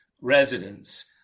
residents